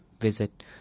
visit